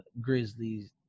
Grizzlies